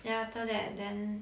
then after that then